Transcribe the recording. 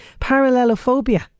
parallelophobia